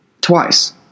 twice